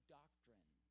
doctrine